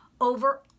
over